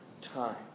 time